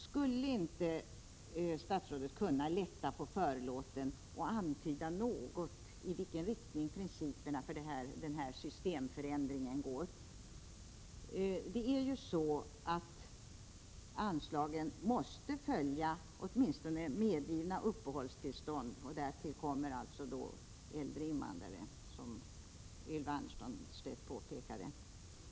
Skulle statsrådet inte kunna lätta på förlåten och antyda något om i vilken riktning principerna för denna systemförändring går? Anslagen måste ju följa åtminstone det antal invandrare som medgivits uppehållstillstånd och därtill kommer en del äldre invandrare, som Ylva Annerstedt påpekade.